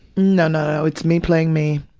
no, no, it's me playing me,